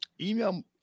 email